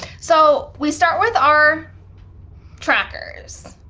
so we start with our trackers.